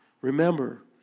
remember